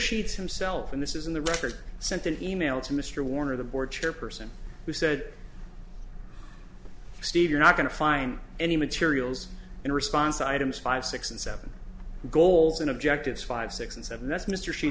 sheets himself in this is in the record i sent an email to mr warner the board chairperson who said steve you're not going to find any materials in response items five six and seven goals and objectives five six and seven that's mr she